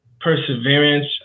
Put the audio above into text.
perseverance